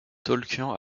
tolkien